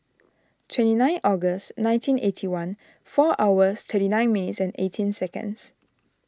twenty nine August nineteen eighty one four hours thirty nine minutes and eighteen seconds